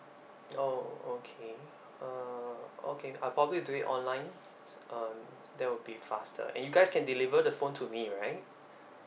oh okay uh okay I'll probably do it online um that will be faster and you guys can deliver the phone to me right